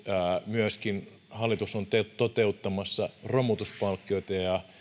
myöskin hallitus on toteuttamassa romutuspalkkioita ja